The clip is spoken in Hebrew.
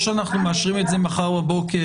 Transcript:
או שאנחנו מאשרים את זה מחר בבוקר,